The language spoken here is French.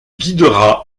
guidera